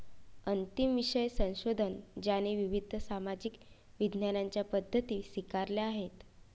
अंतिम विषय संशोधन ज्याने विविध सामाजिक विज्ञानांच्या पद्धती स्वीकारल्या आहेत